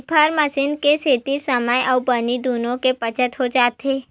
reaper machine के सेती समे अउ बनी दुनो के बचत हो जाथे